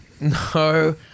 No